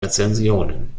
rezensionen